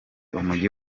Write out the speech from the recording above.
umujyi